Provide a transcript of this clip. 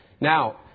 now